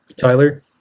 tyler